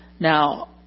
Now